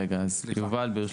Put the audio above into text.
רגע, יובל, ברשותך.